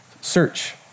search